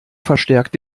verstärkt